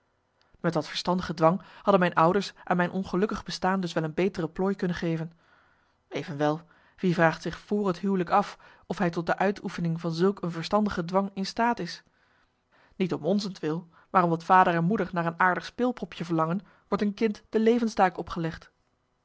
met wat verstandige dwang hadden mijn ouders aan mijn ongelukkig bestaan dus wel een betere plooi kunnen geven evenwel wie vraagt zich vr het huwelijk af of hij tot de uitoefening van zulk een verstandige dwang in staat is niet om onzentwil maar omdat vader en moeder naar een aardig speelpopje verlangen wordt een kind de levenstaak opgelegd